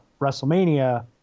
WrestleMania